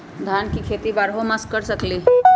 धान के खेती बारहों मास कर सकीले का?